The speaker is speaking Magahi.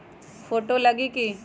फोटो लगी कि?